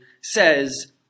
says